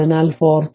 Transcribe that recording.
അതിനാൽ 4